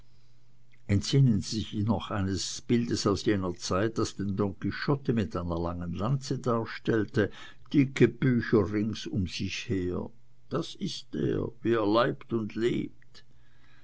entsinnen sie sich noch eines bildes aus jener zeit das den don quixote mit einer langen lanze darstellte dicke bücher rings um sich her das ist er wie er leibt und lebt